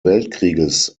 weltkrieges